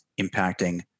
impacting